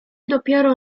dopiero